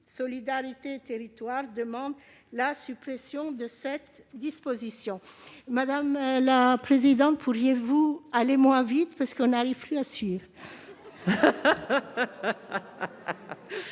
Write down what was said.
Solidarité et Territoires demande la suppression de cette disposition. Madame la présidente, pourriez-vous aller moins vite ? Nous n'arrivons plus à suivre !